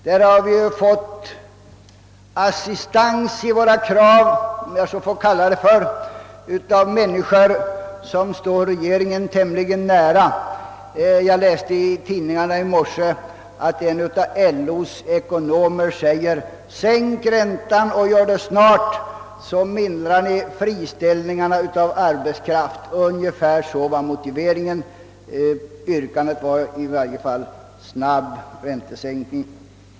Därvidlag har vi, om jag så får kalla det, fått assistans i våra krav av personer som står regeringen tämli gen nära. Jag läste i tidningarna i morse att en av LO:s ekonomer sagt: Sänk räntan och gör det snart, så mildras friställningarna av arbetskraft. Motiveringen var ungefär så, och yrkandet gällde i varje fall en snabb räntesänkning.